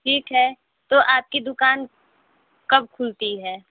ठीक है तो आपकी दुकान कब खुलती है